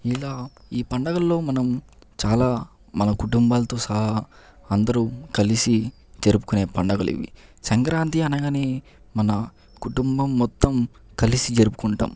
ఇలా ఈ పండగల్లో మనం చాలా మన కుటుంబాలతో సహా అందరు కలిసి జరుపుకునే పండగలివి సంక్రాంతి అనగానే మన కుటుంబం మొత్తం కలిసి జరుపుకుంటాం